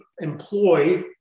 employ